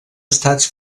estats